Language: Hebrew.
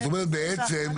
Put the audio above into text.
בעצם,